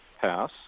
pass